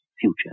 future